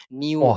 new